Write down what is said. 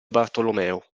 bartolomeo